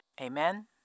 Amen